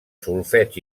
solfeig